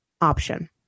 option